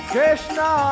Krishna